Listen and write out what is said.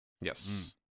Yes